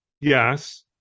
Yes